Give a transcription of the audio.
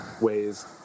ways